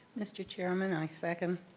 mr. chairman, i second.